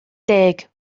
deg